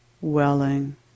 welling